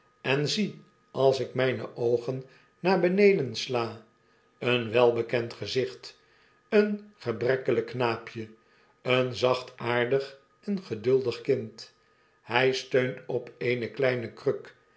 en zie als ik mijne oogen naar beneden sla een welbekend gezicht een gebrekkelijk knaapje een zachtaardig en geduldigkind hij steunt op eene kleine kruk